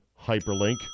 hyperlink